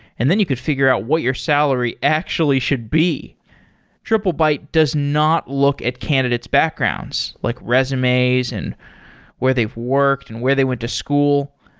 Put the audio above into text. and then you could figure out what your salary actually should be triplebyte does not look at candidates' backgrounds, backgrounds, like resumes and where they've worked and where they went to school.